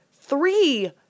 three